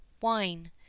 wine